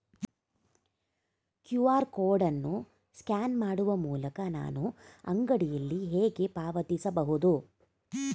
QR code ಅನ್ನು scan ಮಾಡುವ ಮೂಲಕ ನಾನು ಅಂಗಡಿಯಲ್ಲಿ ಹೇಗೆ ಪಾವತಿಸಬಹುದು?